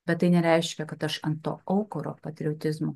bet tai nereiškia kad aš ant to aukuro patriotizmo